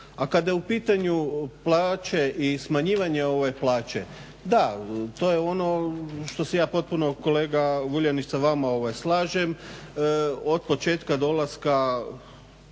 A kada je u pitanju plaće i smanjivanje plaće, da to je ono što se ja potpuno kolega Vuljanić sa vama slažem. Od početka dolaska